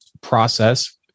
process